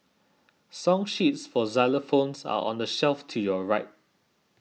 song sheets for xylophones are on the shelf to your right